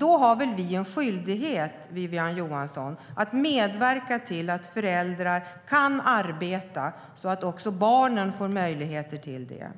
Då har väl vi en skyldighet, Wiwi-Anne Johansson, att medverka till att föräldrar kan arbeta så att också barnen får möjligheter till det.